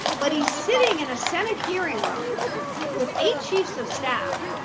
but he's sitting in a senate hearing room with a chiefs of staff.